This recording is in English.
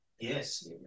Yes